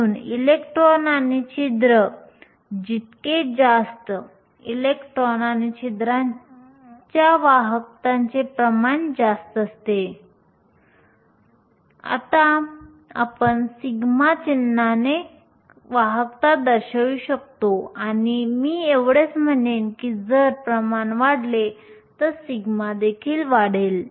म्हणून इलेक्ट्रॉन आणि छिद्र जितके जास्त इलेक्ट्रॉन आणि छिद्रांच्या वाहकताचे प्रमाण जास्त असते आपण सिग्मा चिन्हाने वाहकता दर्शवू शकतो आणि मी एवढेच म्हणेन की जर प्रमाण वाढले तर सिग्मा देखील वाढेल